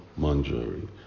Manjari